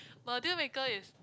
my deal maker is